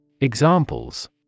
Examples